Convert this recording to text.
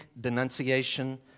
denunciation